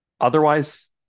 Otherwise